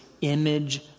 image